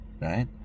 right